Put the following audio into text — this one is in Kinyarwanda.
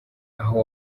aho